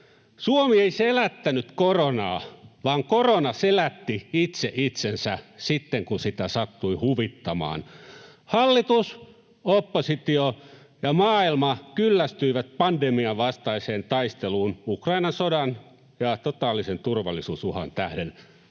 Suomi ei selättänyt koronaa, vaan korona selätti itse itsensä sitten kun sitä sattui huvittamaan. Hallitus, oppositio ja maailma kyllästyivät pandemian vastaiseen taisteluun Ukrainan sodan ja totaalisen turvallisuusuhan tähden.